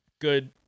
Good